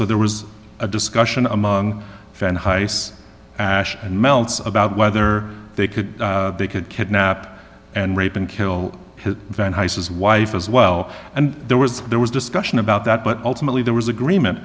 so there was a discussion among found hice and meltzer about whether they could they could kidnap and rape and kill his high says wife as well and there was there was discussion about that but ultimately there was agreement